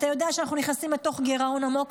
אתה יודע שאנחנו נכנסים לתוך גירעון עמוק.